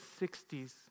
60s